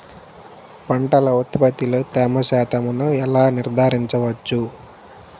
పంటల ఉత్పత్తిలో తేమ శాతంను ఎలా నిర్ధారించవచ్చు?